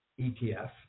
ETF